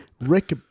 Rick